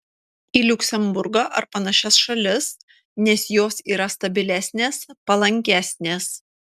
į liuksemburgą ar panašias šalis nes jos yra stabilesnės palankesnės